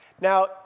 Now